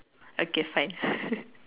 okay fine